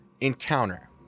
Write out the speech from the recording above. encounter